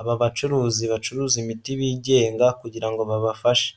aba bacuruzi, bacuruza imiti bigenga kugira ngo babafashe.